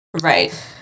Right